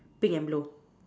pink and blue